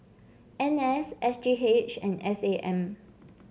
N S S G H and S A M